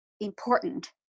important